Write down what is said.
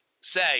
say